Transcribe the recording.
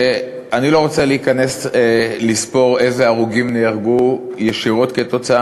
אני לא רוצה להיכנס ולספור איזה הרוגים נהרגו ישירות כתוצאה